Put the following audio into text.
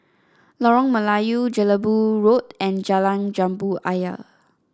Lorong Melayu Jelebu Road and Jalan Jambu Ayer